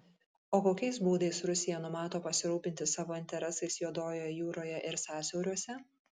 o kokiais būdais rusija numato pasirūpinti savo interesais juodojoje jūroje ir sąsiauriuose